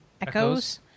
echoes